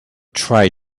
try